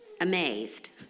amazed